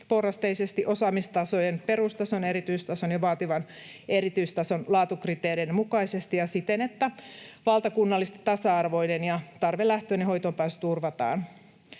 porrasteisesti osaamistasojen — perustason, erityistason ja vaativan erityistason — laatukriteereiden mukaisesti ja siten, että valtakunnallisesti tasa-arvoinen ja tarvelähtöinen hoitoonpääsy turvataan.